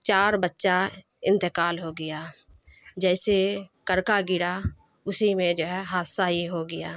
چار بچہ انتقال ہو گیا جیسے کڑکا گرا اسی میں جو ہے حادثہ ہی ہو گیا